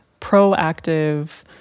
proactive